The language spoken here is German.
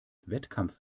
wettkampf